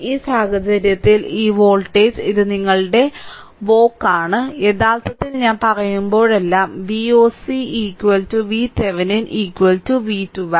ഈ സാഹചര്യത്തിൽ ഈ വോൾട്ടേജ് ഇത് നിങ്ങളുടെ വോക്ക് ആണ് യഥാർത്ഥത്തിൽ ഞാൻ പറയുമ്പോഴെല്ലാം Voc VThevenin V 1 2